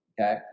okay